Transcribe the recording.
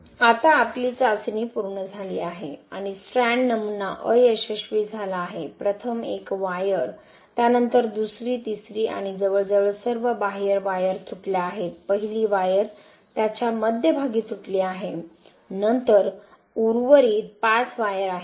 आता आपली चाचणी पूर्ण झाली आहे आणि स्ट्रँड नमुना अयशस्वी झाला आहे प्रथम एक वायर त्यानंतर दुसरी वायर तिसरी वायर आणि जवळजवळ सर्व बाह्य वायर तुटल्या आहेत पहिली वायर त्याच्या मध्यभागी तुटली आहे नंतर उर्वरित पाच वायर आहेत